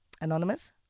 Anonymous